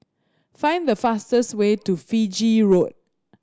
find the fastest way to Fiji Road